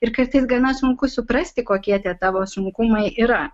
ir kartais gana sunku suprasti kokie tie tavo sunkumai yra